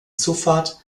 zufahrt